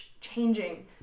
changing